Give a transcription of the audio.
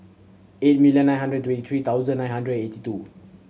eight million nine hundred twenty three thousand nine hundred eighty two